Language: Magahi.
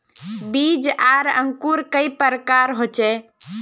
बीज आर अंकूर कई प्रकार होचे?